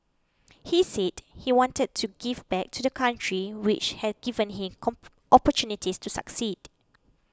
he said he wanted to give back to the country which had given him cop opportunities to succeed